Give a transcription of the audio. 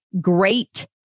great